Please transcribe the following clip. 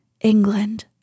England